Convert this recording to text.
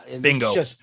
Bingo